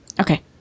Okay